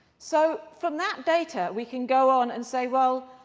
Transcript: so from that data, we can go on and say, well,